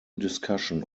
discussion